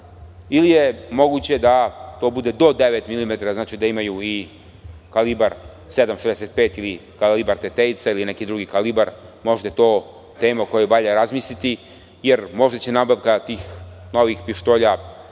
ili je moguće da to bude do devet milimetara, da imaju i kalibar 765 ili kalibar Tetejca ili neki drugi kalibar. Možda je to tema o kojoj treba razmisliti jer će možda nabavka tih novih pištolja